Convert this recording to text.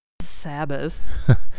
Sabbath